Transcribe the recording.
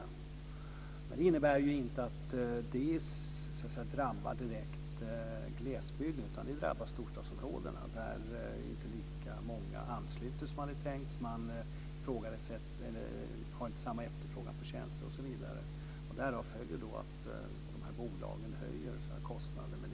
Men det innebär ju inte att det direkt drabbar glesbygden. Det drabbar storstadsområdena, där inte lika många ansluter sig som man tänkt. Man har inte samma efterfrågan på tjänster osv. Därav följer att kostnaderna ökar för de här bolagen. Men det är mer ett storstadsfenomen.